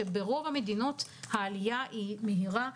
שברוב המדינות העלייה מהירה,